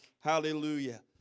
Hallelujah